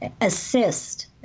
assist